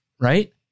right